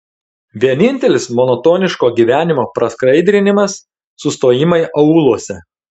vienintelis monotoniško gyvenimo praskaidrinimas sustojimai aūluose